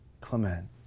Clement